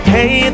Hey